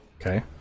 Okay